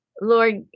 Lord